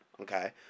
Okay